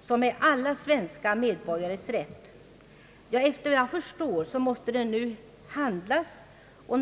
som är alla svenska medborgares rätt? Efter vad jag förstår måste det nu handlas.